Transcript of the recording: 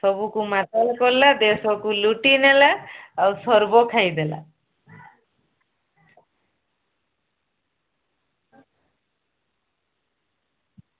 ସବୁକୁ ମାତାଲ କଲା ଦେଶକୁ ଲୁଟି ନେଲା ଆଉ ସର୍ବ ଖାଇଦେଲା